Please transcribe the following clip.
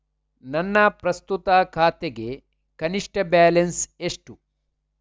ನನ್ನ ಪ್ರಸ್ತುತ ಖಾತೆಗೆ ಕನಿಷ್ಠ ಬ್ಯಾಲೆನ್ಸ್ ಎಷ್ಟು?